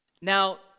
Now